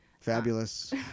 Fabulous